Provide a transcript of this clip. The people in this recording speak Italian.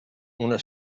una